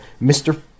Mr